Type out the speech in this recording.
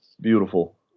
Beautiful